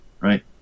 Right